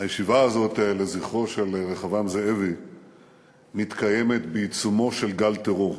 הישיבה הזאת לזכרו של רחבעם זאבי מתקיימת בעיצומו של גל טרור,